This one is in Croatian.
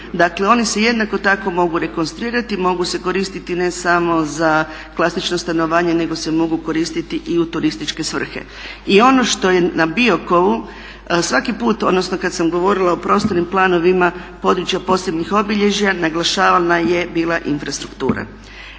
Dakle oni se jednako tako mogu rekonstruirati, mogu se koristiti ne samo za klasično stanovanje nego se mogu koristiti i u turističke svrhe. I ono što je na Biokovu svaki put, odnosno kad sam govorila o prostornim planovima područja posebnih obilježja naglašavana je bila infrastruktura.